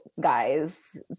guys